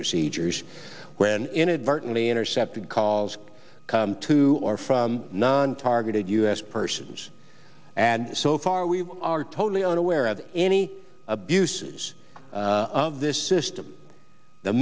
procedures when inadvertently intercepted calls to or from non targeted u s persons and so far we are totally unaware of any abuses of this system the